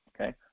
okay